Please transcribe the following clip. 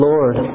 Lord